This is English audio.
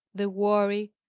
the worry,